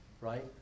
right